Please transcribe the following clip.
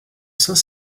saint